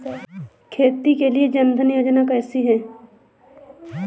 खेती के लिए जन धन योजना कैसी है?